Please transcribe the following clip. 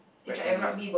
rectangular